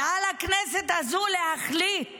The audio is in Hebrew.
ועל הכנסת הזו להחליט